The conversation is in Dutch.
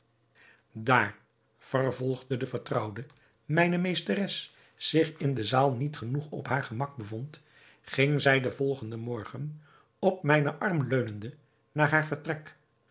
daar vervolgde de vertrouwde mijne meesteres zich in de zaal niet genoeg op haar gemak bevond ging zij den volgenden morgen op mijnen arm leunende naar haar vertrek